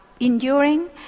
enduring